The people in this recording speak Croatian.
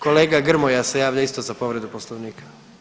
Kolega Grmoja se javlja isto za povredu poslovnika.